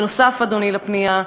אדוני, בנוסף לפנייה,